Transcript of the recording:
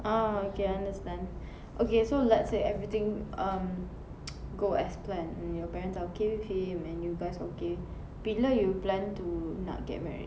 uh okay I understand okay so let's say everything um go as planned and your parents are okay with him and you guys okay bila you plan to nak get married